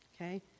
Okay